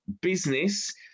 business